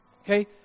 Okay